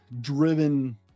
driven